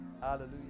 Hallelujah